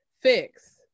fix